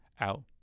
out